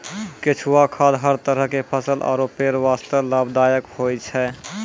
केंचुआ खाद हर तरह के फसल आरो पेड़ वास्तॅ लाभदायक होय छै